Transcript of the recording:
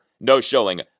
no-showing